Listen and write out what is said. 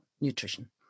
nutrition